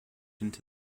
into